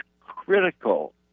critical